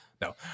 No